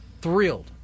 thrilled